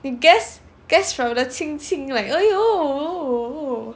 你 guess guess 我的亲亲 like !aiyo!